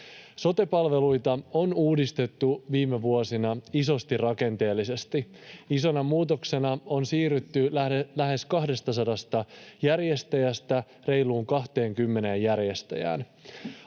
Sote-palveluita on uudistettu viime vuosina isosti rakenteellisesti. Isona muutoksena on siirrytty lähes 200 järjestäjästä reiluun 20 järjestäjään.